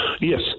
yes